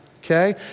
okay